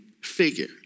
figure